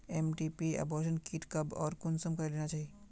MTP abortion kit कब आर consume करे लेना चही?